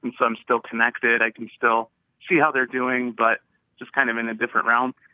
and so i'm still connected. i can still see how they're doing but just kind of in a different realm.